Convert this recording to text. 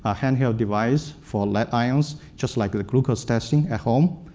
ah handheld device for lead ions, just like the glucose testing at home.